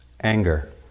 anger